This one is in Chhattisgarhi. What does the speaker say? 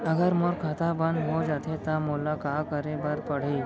अगर मोर खाता बन्द हो जाथे त मोला का करे बार पड़हि?